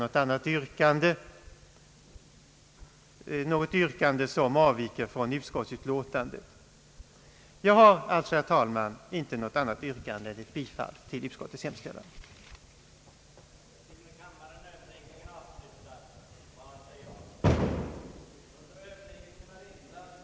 Enligt motionärernas mening borde följande personkategorier kunna teckna frivillig sjukpenningförsäkring, nämligen 1) kvinnor, som förut omfattats av den s.k. hemmafruförsäkringen men som ej längre uppfyllde villkoren på grund av makes död eller på grund av att hemmavarande barn uppnått 16 års ålder; 2) hemmadöttrar eller andra, som vårdat åldriga anhöriga mot fritt vivre och därför varit obligatoriskt sjukpen